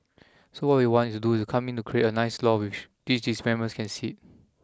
so what we want to do is come in to create a nice lawn which these developments can sit